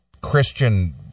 Christian